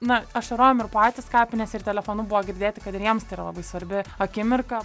na ašarojom ir patys kapinėse ir telefonu buvo girdėti kad ir jiems tai yra labai svarbi akimirka